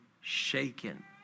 shaken